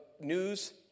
news